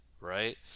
right